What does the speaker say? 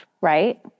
right